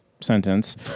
sentence